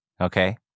Okay